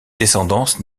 descendance